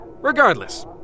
Regardless